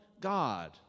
God